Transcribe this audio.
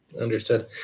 understood